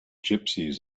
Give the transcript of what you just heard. gypsies